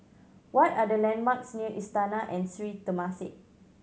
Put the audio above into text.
what are the landmarks near Istana and Sri Temasek